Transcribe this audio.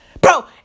Bro